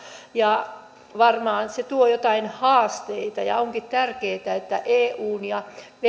varmaan se tuo joitain haasteita ja onkin tärkeää että eun ja